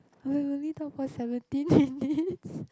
we have only talk for seventeen minutes